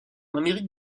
amérique